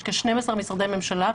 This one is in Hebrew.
יש כ-12 משרדי ממשלה.